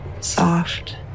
soft